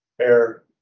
air